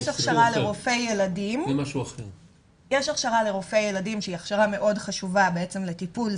יש הכשרה לרופאי ילדים שהיא הכשרה מאוד חשובה לטיפול,